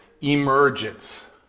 Emergence